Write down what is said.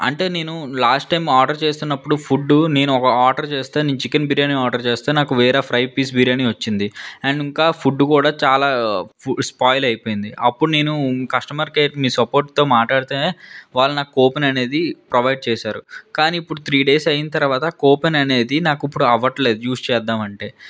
అంటే నేను last time order చేసినప్పుడు ఫుడ్ నేను ఆర్డర్ చేస్తే నేను చికెన్ బిర్యానీ ఆర్డర్ చేస్తే నాకు వేరే ఫ్రై పీస్ బిర్యానీ వచ్చింది అండ్ ఇంకా ఫుడ్ కూడా చాలా ఫు స్పాయిల్ అయిపోయింది అప్పుడు నేను కస్టమర్ కేర్కి మీ సపోర్ట్తో మాట్లాడితే వాళ్ళు నాకు కూపన్ అనేది ప్రొవైడ్ చేసారు కానీ ఇప్పుడు త్రి డేస్ అయినా తర్వాత కూపన్ అనేది నాకు ఇప్పుడు అవ్వట్లేదు యూస్ చేద్దామంటే